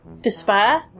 Despair